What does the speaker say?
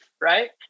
Right